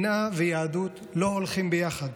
שנאה ויהדות לא הולכות ביחד.